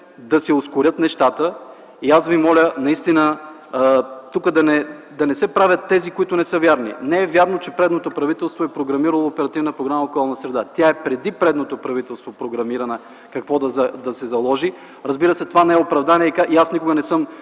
да се ускорят нещата и аз ви моля наистина тук да не се казват неща, които не са верни. Не е вярно, че предишното правителство е програмирало оперативна програма „Околна среда”, тя е преди предишното правителство програмирана, какво да се заложи. Разбира се, това не е оправдание и аз никога не съм